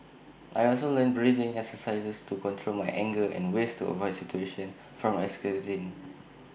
I also learnt breathing exercises to control my anger and ways to avoid situations from escalating